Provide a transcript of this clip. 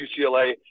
UCLA